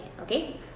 okay